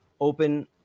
Open